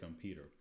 Peter